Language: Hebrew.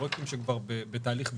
פרויקטים שהם כבר בתהליך בנייה,